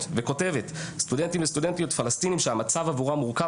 וכותבת: סטודנטים וסטודנטיות פלשתינים שהמצב עבורם מורכב,